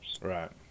Right